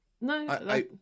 No